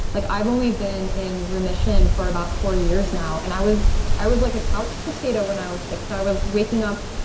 like i've only been in remission for about four years now, and i was i was like a couch potato when i was sick. so i was waking up,